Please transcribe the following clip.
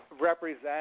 represent